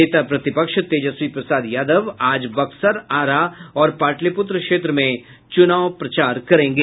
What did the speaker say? नेता प्रतिपक्ष तेजस्वी प्रसाद यादव बक्सर आरा और पाटलिपुत्र क्षेत्र में चुनाव प्रचार करेंगे